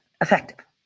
effective